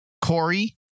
Corey